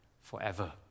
forever